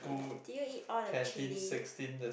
did you eat all the chilli